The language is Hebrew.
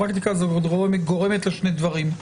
הפרקטיקה הזאת גורמת לשני דברים,